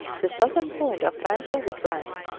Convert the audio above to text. the southern point of franz josef land,